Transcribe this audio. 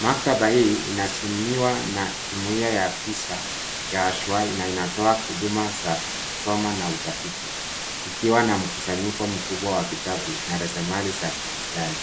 Maktaba hii inasimamiwa na jumuia ya KISA ya aswali na inatoa huduma za kusoma na utafiti ikiwa na mkusanyiko mkubwa wa vitabu na rasilimali za kidijitali.